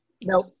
Nope